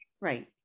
Right